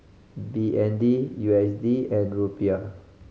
B N D U S D and Rupiah